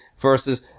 versus